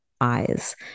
eyes